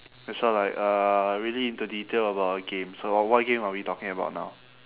so like uh really into detail about a game so what game are we talking about now